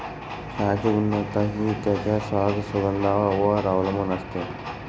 चहाची गुणवत्ता हि त्याच्या स्वाद, सुगंधावर वर अवलंबुन असते